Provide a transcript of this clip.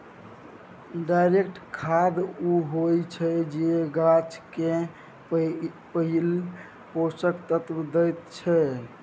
direct खाद उ होइ छै जे गाछ केँ पहिल पोषक तत्व दैत छै